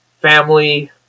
family